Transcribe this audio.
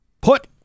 put